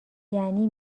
یعنی